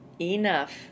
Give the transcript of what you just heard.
enough